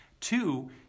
Two